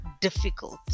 difficult